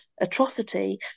atrocity